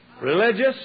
religious